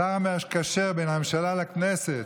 השר המקשר בין הממשלה לכנסת,